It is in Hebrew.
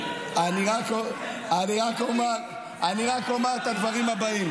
אתה --- אני רק אומר את הדברים הבאים